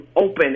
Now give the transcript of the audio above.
open